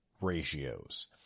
ratios